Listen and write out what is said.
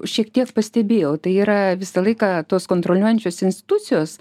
šiek tiek pastebėjau tai yra visą laiką tos kontroliuojančios institucijos